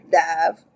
dive